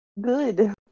Good